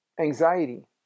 anxiety